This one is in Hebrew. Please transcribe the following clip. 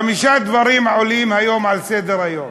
חמישה דברים עולים היום על סדר-היום.